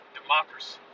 democracy